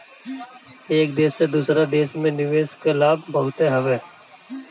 एक देस से दूसरा देस में निवेश कअ लाभ बहुते हवे